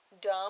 dumb